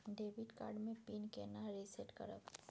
Debit card के PIN केना reset करब?